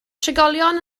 trigolion